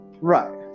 Right